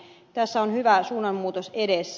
tässä on hyvä suunnanmuutos edessä